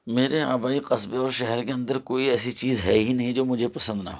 میرے آبائی قصبے اور شہر کے اندر کوئی ایسی چیز ہے ہی نہیں جو مجھے پسند نہ ہو